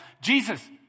Jesus